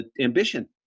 ambition